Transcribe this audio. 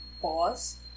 pause